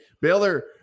Baylor